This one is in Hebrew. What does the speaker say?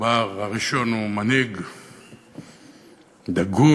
הראשון הוא מנהיג דגול,